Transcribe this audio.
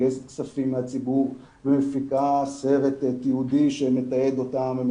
שמגייסת כספים מהציבור ומפיקה סרט תיעודי שמתעד אותם,